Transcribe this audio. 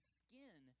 skin